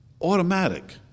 automatic